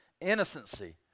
innocency